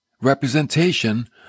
representation